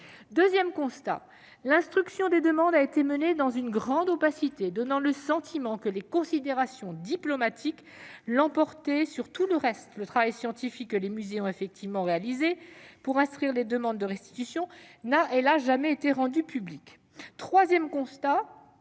Deuxième constat, l'instruction des demandes a été menée dans une grande opacité, donnant le sentiment que les considérations diplomatiques l'emportaient sur tout le reste. Le travail scientifique que les musées ont effectivement réalisé pour instruire les demandes de restitution n'a, hélas, jamais été rendu public. Troisième constat,